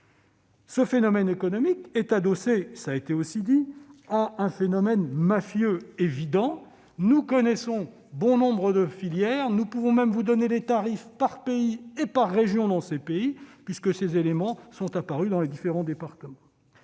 Ce phénomène économique est adossé, cela a été dit également, à un phénomène mafieux évident. Nous connaissons bon nombre de filières ; monsieur le secrétaire d'État, nous pouvons même vous donner les tarifs par pays et par région dans ces pays, puisque ces éléments sont apparus dans les différents départements.